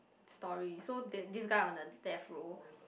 story so then this guy on a death row